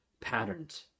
patterns